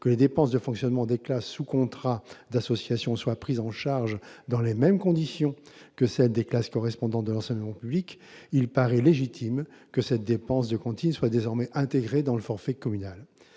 que les dépenses de fonctionnement des classes sous contrat d'association soient prises en charge dans les mêmes conditions que celles des classes correspondantes de l'enseignement public, il paraît légitime que cette dépense de cantine soit désormais intégrée dans le forfait communal.